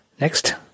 Next